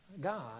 God